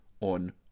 on